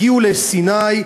הגיעו לסיני,